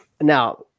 Now